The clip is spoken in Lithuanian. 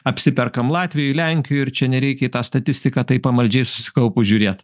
apsiperkam latvijoj lenkijoj ir čia nereikia į tą statistiką taip pamaldžiai ir susikaupus žiūrėt